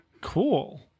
Cool